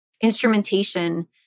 instrumentation